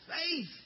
faith